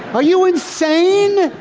are you insane?